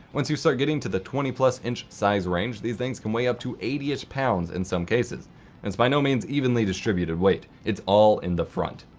once you start getting to the twenty inch size range, these things can weigh up to eighty ish pounds in some cases. and it's by no means an evenly-distributed weight, it's all in the front.